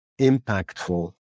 impactful